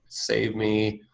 save me.